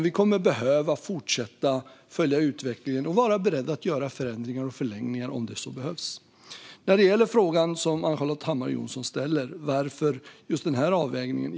Vi kommer att behöva fortsätta följa utvecklingen och vara beredda att göra förändringar och förlängningar om det behövs. Ann-Charlotte Hammar Johnsson frågar varför vi har gjort just den här avvägningen.